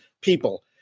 people